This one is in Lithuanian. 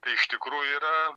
tai iš tikrųjų yra